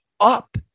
up